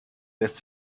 lässt